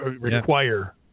require